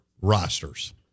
rosters